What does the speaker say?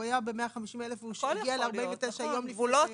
הוא היה ב-150,000 והוא הגיע ל-49,000 יום לפני,